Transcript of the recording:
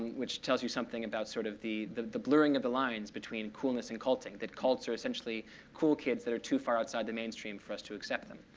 which tells you something about sort of the the blurring of the lines between coolness and culting that cults are essentially cool kids that are too far outside the mainstream for us to accept them.